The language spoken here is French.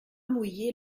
mouiller